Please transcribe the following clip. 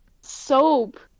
soap